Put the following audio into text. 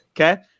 Okay